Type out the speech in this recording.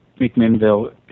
McMinnville